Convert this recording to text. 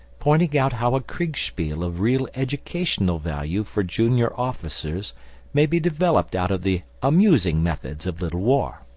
pointing out how a kriegspiel of real educational value for junior officers may be developed out of the amusing methods of little war.